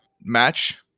match